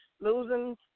losing